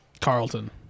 Carlton